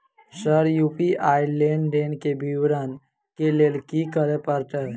Sir UPI लेनदेन केँ विवरण केँ लेल की करऽ परतै?